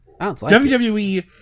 WWE